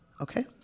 Okay